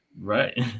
Right